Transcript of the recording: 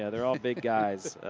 ah they're all big guys.